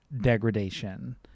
degradation